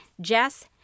Jess